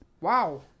Wow